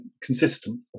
consistent